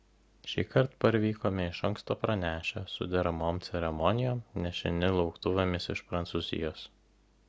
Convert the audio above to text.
šįkart parvykome iš anksto pranešę su deramom ceremonijom nešini lauktuvėmis iš prancūzijos